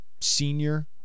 senior